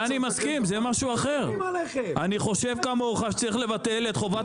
זה צריך להיות שוק?